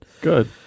good